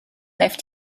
left